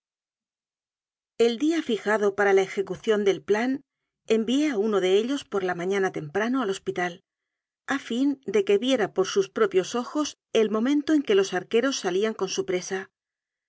el día fijado para la ejecución del plan envié a uno de ellos por la mañana temprano al hospi tal a fin de que viera por sus propios ojos el momento en que los arqueros salían con su presa